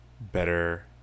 better